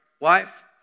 wife